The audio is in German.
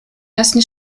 ersten